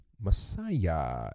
Messiah